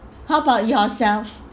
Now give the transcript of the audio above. how about yourself